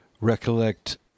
recollect